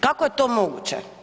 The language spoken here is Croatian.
Kako je to moguće?